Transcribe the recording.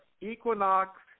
Equinox